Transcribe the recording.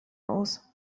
aus